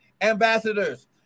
ambassadors